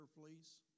please